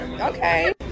Okay